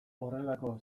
horrelako